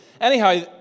Anyhow